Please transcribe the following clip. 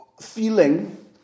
feeling